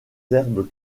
herbes